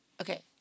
okay